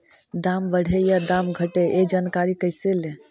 दाम बढ़े या दाम घटे ए जानकारी कैसे ले?